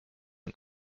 man